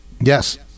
Yes